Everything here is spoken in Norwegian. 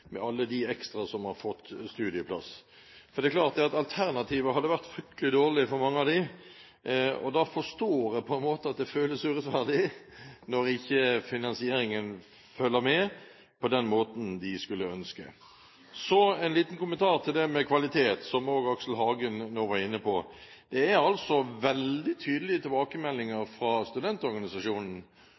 mange av dem. Da forstår jeg på en måte at det føles urettferdig når ikke finansieringen følger med på den måten de skulle ønske. Så en liten kommentar til det med kvalitet, som også Aksel Hagen nå var inne på. Det er veldig tydelige tilbakemeldinger fra studentorganisasjonen